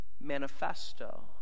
manifesto